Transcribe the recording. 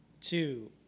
two